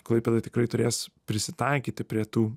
klaipėda tikrai turės prisitaikyti prie tų